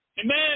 Amen